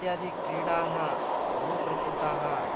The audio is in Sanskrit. इत्यादिक्रीडाः बहुप्रसिद्धाः